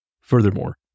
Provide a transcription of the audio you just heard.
Furthermore